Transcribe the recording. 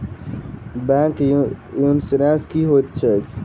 Bank insurance की होइत छैक?